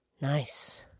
Nice